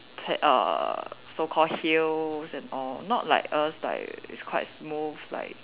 k~ err so called hills and all not like us like it's quite smooth like